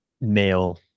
male